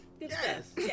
Yes